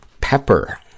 Pepper